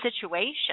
situation